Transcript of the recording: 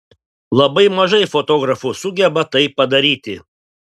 labai mažai fotografų sugeba tai padaryti